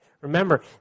remember